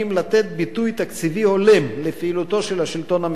ביטוי תקציבי הולם לפעילותו של השלטון המקומי,